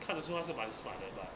看的时候他是满 smart 的 but